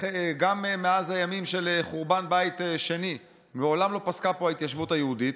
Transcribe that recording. גם מאז הימים של חורבן בית שני מעולם לא פסקה פה ההתיישבות היהודית.